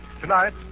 Tonight